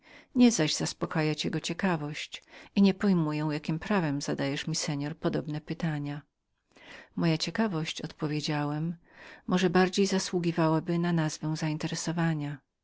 nie zaś zadowalać jego ciekawość i nie pojmuję jakiem prawem zadajesz mi pan podobne zapytania moja ciekawość odpowiedziałem może więcej zasługiwałaby na nazwę